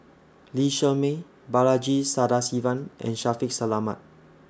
Lee Shermay Balaji Sadasivan and Shaffiq Selamat